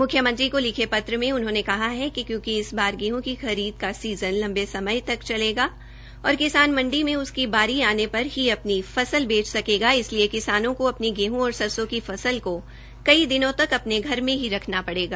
मुख्यमंत्री को लिखे पत्र में उन्होंने कहा कि क्योंकि इस बार गेहूं की खरीद का सीजन लंबे समय तक चलेगा और किसान मण्डी में उसकी बारी आने पर ही अपनी फसल बेच सकेगा इसलिसए किसानों को अपनी गेहूं और सरसों की फसल को कई दिनों तक अपने घर में ही रखना पड़ेगा